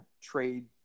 trade